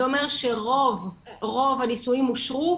זה אומר שרוב, רוב הנישואין אושרו,